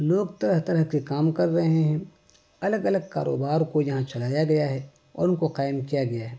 لوگ طرح طرح کے کام کر رہے ہیں الگ الگ کاروبار کو یہاں چلایا گیا ہے اور ان کو قائم کیا گیا ہے